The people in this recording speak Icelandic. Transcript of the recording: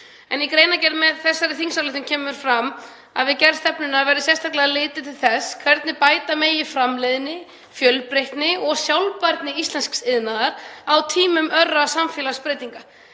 um. Í greinargerð með þessari þingsályktunartillögu kemur fram að við gerð stefnunnar verði sérstaklega litið til þess hvernig bæta megi framleiðni, fjölbreytni og sjálfbærni íslensks iðnaðar á tímum örra samfélagsbreytinga.